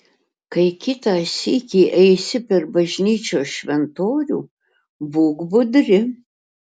kai kitą sykį eisi per bažnyčios šventorių būk budri